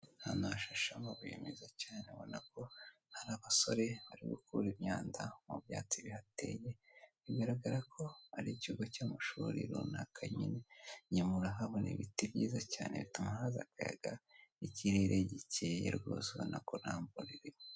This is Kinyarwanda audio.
Hano hashashe amabuye meza cyane urabona ko hari abasore bari gukura imyanda mu byatsi bihateye bigaragara ko ari ikigo cy'amashuri runaka nyine. Inyuma urahabona ibiti byiza cyane bituma haza akayaga ikirere gikeye urabona ko ntamvura iriho .